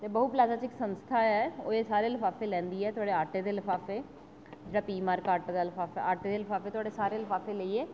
ते बाहूपलाजा च इक संस्था ऐ ओह् एह् सारे लफाफे लैंदी ऐ थुआढ़े आटे दे लफाफे जां पी मार्का आटे दा लफाफा आटे दे लफाफे थुआढ़े सारे लफाफे लेइयै